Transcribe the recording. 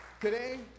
Today